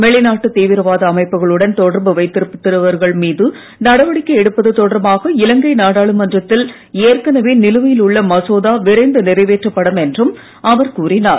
வெளிநாட்டு தீவிரவாத அமைப்புகளுடன் தொடர்பு வைத்திருப்பவர்கள் மீது நடவடிக்கை எடுப்பது தொடர்பாக இலங்கை நாடாளுமன்றத்தில் எற்கனவே நிலுவையில் உள்ள மசோதா விரைந்து நிறைவேற்றப்படும் என்றும் அவர் கூறினார்